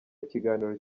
ikiganiro